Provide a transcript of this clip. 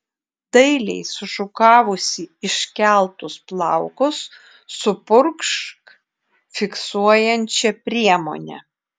dailiai sušukavusi iškeltus plaukus supurkšk fiksuojančia priemone